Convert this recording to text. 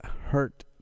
hurt